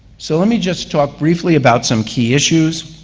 so let me just talk briefly about some key issues.